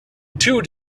two